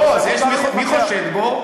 מי חושד בו?